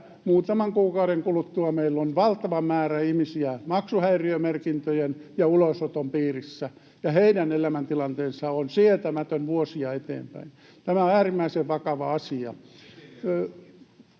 muutaman kuukauden kuluttua meillä on valtava määrä ihmisiä maksuhäiriömerkintöjen ja ulosoton piirissä, ja heidän elämäntilanteensa on sietämätön vuosia eteenpäin. Tämä on äärimmäisen vakava asia.